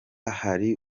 hari